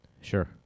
Sure